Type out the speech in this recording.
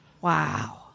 Wow